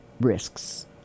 risks